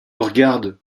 regardes